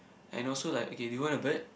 and also like okay do you want a bird